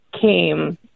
came